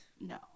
No